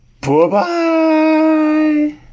Bye-bye